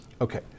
Okay